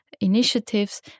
initiatives